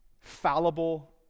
fallible